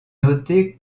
noter